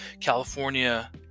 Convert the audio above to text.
California